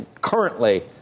currently